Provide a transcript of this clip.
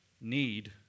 need